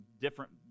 different